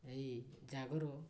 ଏଇ ଜାଗର